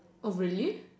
really